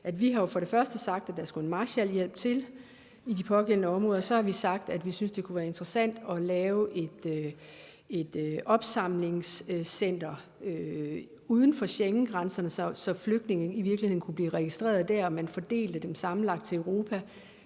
– er jo, at vi har sagt, at der skulle en Marshallhjælp til i de pågældende områder, og så har vi sagt, at vi synes, det kunne være interessant at lave et opsamlingscenter uden for Schengengrænserne, så flygtninge i virkeligheden kunne blive registreret der, og at man samlet fordelte dem i Europa.